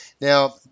Now